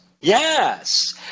Yes